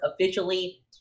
officially